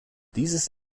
dieses